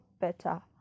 better